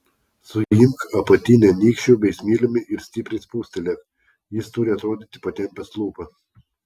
suimk apatinę nykščiu bei smiliumi ir stipriai spustelėk jis turi atrodyti patempęs lūpą